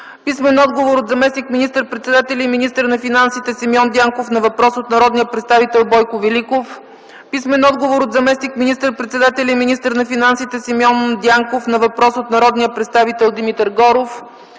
Пирински; - от заместник министър-председателя и министър на финансите Симеон Дянков на въпрос от народния представител Бойко Великов; - от заместник министър-председателя и министър на финансите Симеон Дянков на въпрос от народния представител Димитър Горов;